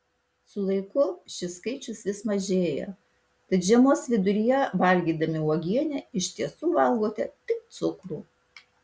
su laiku šis skaičius vis mažėja tad žiemos viduryje valgydami uogienę iš tiesų valgote tik cukrų